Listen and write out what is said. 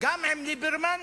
גם עם זו של ליברמן